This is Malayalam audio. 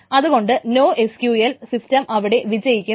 അതുകൊണ്ട് നോ എസ് ക്യൂഎൽ സിസ്റ്റം അവിടെ വിജയിക്കുന്നില്ല